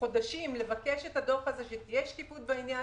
חודשים לבקש את הדוח הזה שתהיה שקיפות בעניין.